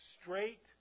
Straight